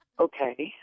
Okay